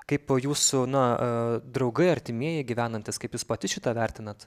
kaip po jūsų na draugai artimieji gyvenantys kaip jūs pati šitą vertinat